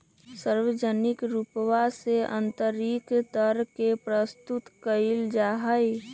सार्वजनिक रूपवा से आन्तरिक दर के प्रस्तुत कइल जाहई